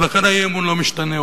ולכן האי-אמון לא משתנה,